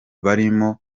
barimo